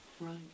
Right